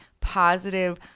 positive